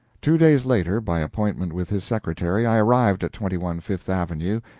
two days later, by appointment with his secretary, i arrived at twenty one fifth avenue,